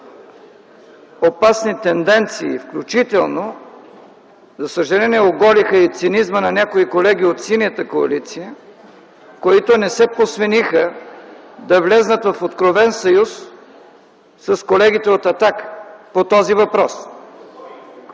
опасни тенденции, включително, за съжаление, оголиха и цинизма на някои колеги от Синята коалиция, които не се посвениха да влязат в откровен съюз с колегите от „Атака” по този въпрос.